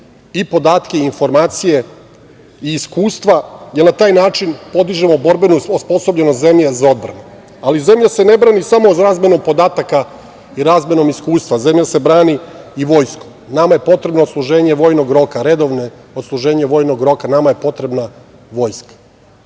i podatke i informacije i iskustva, jer na taj način podižemo borbenu osposobljenost zemlje za odbranu. Ali, zemlja se ne brani samo razmenom podataka i razmenom iskustva. Zemlja se brani i vojskom. Nama je potrebno odsluženje vojnog roka, redovno odsluženje vojnog roka. Nama je potrebna